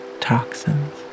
toxins